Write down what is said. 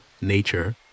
nature